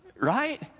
right